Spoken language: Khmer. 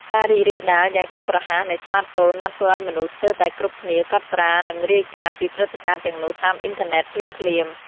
ការរីករាលដាលយ៉ាងឆាប់រហ័សនៃស្មាតហ្វូនបានធ្វើឱ្យមនុស្សស្ទើរតែគ្រប់គ្នាកត់ត្រា និងរាយការណ៍ពីព្រឹត្តិការណ៍ទាំងនោះតាមអ៊ីនធឺណិតភ្លាមៗ។